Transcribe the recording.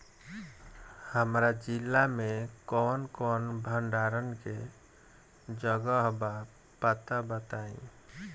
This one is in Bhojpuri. हमरा जिला मे कवन कवन भंडारन के जगहबा पता बताईं?